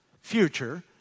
future